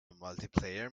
multiplayer